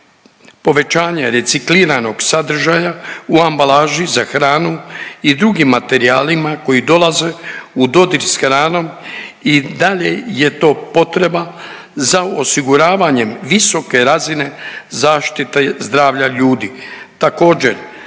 povećanje recikliranog sadržaja u ambalaži za hranu i drugim materijalima koji dolaze u dodir s hranom i dalje je to potreba za osiguravanjem visoke razine zaštite zdravlja ljudi.